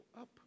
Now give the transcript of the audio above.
up